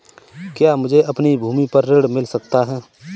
क्या मुझे अपनी भूमि पर ऋण मिल सकता है?